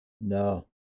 No